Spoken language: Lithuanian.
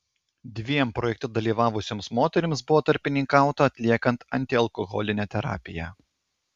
dviem projekte dalyvavusioms moterims buvo tarpininkauta atliekant antialkoholinę terapiją